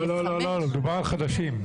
לא, לא, מדובר על חדשים.